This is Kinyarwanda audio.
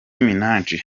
minaj